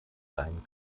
sein